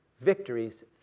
victories